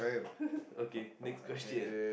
okay next question